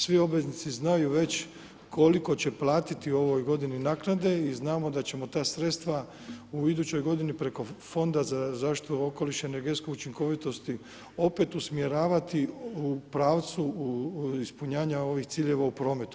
Svi obveznici znaju već koliko će platiti u ovoj godini naknade i znamo da ćemo ta sredstva u idućoj godini preko fonda za zaštitu okoliša, energetske učinkovitosti opet usmjeravati u pravcu ispunjenja ovih ciljeva u prometu.